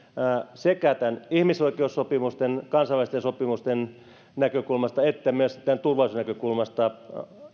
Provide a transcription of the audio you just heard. sekä ihmisoikeussopimusten kansainvälisten sopimusten näkökulmasta että myös turvallisuusnäkökulmasta